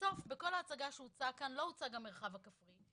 בסוף, בכל ההצגה שהוצגה כאן, לא הוצג המרחב הכפרי.